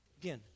Again